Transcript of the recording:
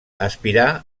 aspirar